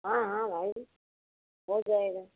हाँ हाँ भाई हो जाएगा